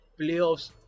playoffs